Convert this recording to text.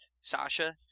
Sasha